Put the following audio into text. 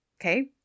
Okay